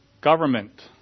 government